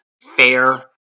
fair